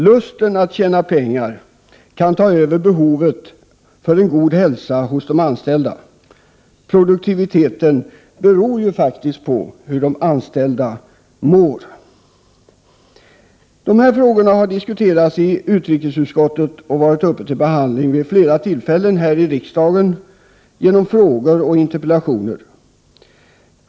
Lusten att tjäna pengar kan ta över behovet av en god hälsa hos de anställda. Produktiviteten beror ju faktiskt på hur de anställda mår. De frågor jag har tagit upp har diskuterats i utrikesutskottet och varit uppe till behandling vid flera tillfällen här i kammaren genom frågor och 81 interpellationer.